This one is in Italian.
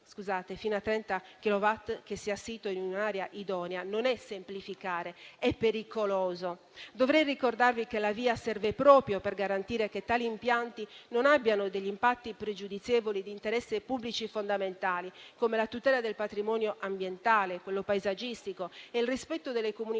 potenza fino a 30 kilowatt che sia sito in un'area idonea non è semplificare: è pericoloso. Dovrei ricordarvi che la VIA serve proprio per garantire che tali impianti non abbiano degli impatti pregiudizievoli di interessi pubblici fondamentali, come la tutela del patrimonio ambientale, di quello paesaggistico e il rispetto delle comunità